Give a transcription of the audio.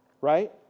Right